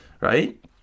Right